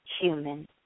human